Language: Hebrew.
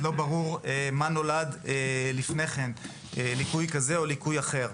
לא ברור מה נולד לפני כן ליקוי כזה או ליקוי אחר.